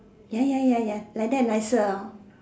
ya ya ya like that nicer lah hor